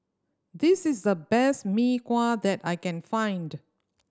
this is the best Mee Kuah that I can find